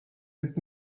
with